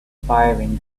firing